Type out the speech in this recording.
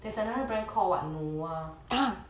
there's another brand call what noa